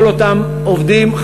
כל אותם עובדים,